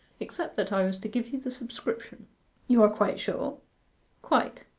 except that i was to give you the subscription you are quite sure quite.